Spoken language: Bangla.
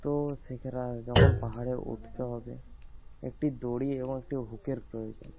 তো শেখরা যখন পাহাড়ে উঠতে হবে একটি দড়ি এবং একটি হুকের প্রয়োজন